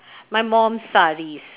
my mum's sarees